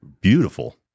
beautiful